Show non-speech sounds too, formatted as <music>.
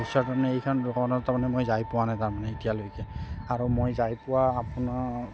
<unintelligible> এইখন দোকানত তাৰমানে মই যাই পোৱা নাই তাৰমানে এতিয়ালৈকে আৰু মই যাই পোৱা আপোনাৰ